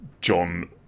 John